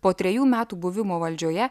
po trejų metų buvimo valdžioje